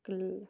ਕਲ